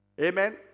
Amen